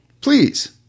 Please